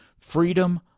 freedom